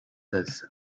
does